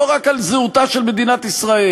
לא רק על זהותה של מדינת ישראל,